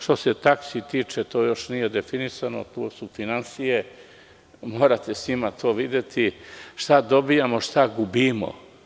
Što se taksi tiče, to još nije definisano, tu su finansije, morate sa njima to videti, šta dobijamo šta gubimo.